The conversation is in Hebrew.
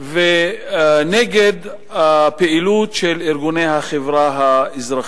ונגד פעילות של ארגוני החברה האזרחית.